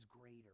greater